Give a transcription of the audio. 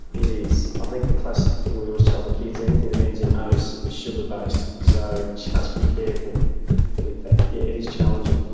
it is. i think the classic thing we always tell the kids, anything that ends in ose is sugar based, so just be careful with that. yeah it is challenging,